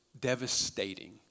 devastating